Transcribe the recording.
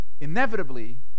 inevitably